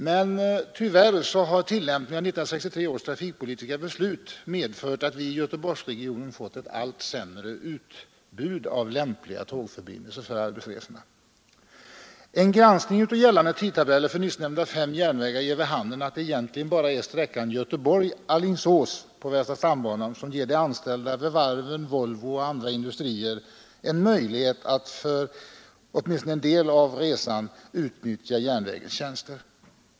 Men tillämpningen av 1963 års trafikpolitiska beslut har tyvärr medfört att vi i Göteborgsregionen fått ett allt sämre utbud av lämpliga tågförbindelser för arbetsresorna. En granskning av gällande tidtabeller för nyssnämnda fem järnvägar ger vid handen, att det egentligen bara är sträckan Göteborg—Alingsås på Västra stambanan som ger de anställda vid varven, Volvo och andra industrier möjlighet att åtminstone för en del av resan utnyttja järnvägens tjänster.